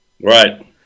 right